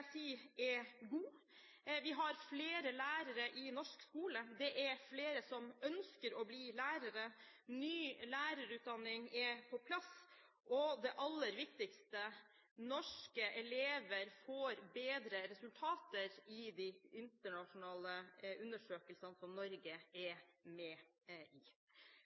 si er gode. Vi har flere lærere i norsk skole. Det er flere som ønsker å bli lærere. Ny lærerutdanning er på plass. Og det aller viktigste: Norske elever får bedre resultater i de internasjonale undersøkelsene som Norge er med i.